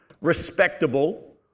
respectable